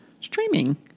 streaming